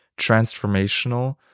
transformational